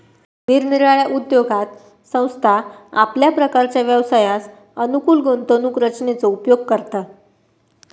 निरनिराळ्या उद्योगात संस्था आपल्या प्रकारच्या व्यवसायास अनुकूल गुंतवणूक रचनेचो उपयोग करता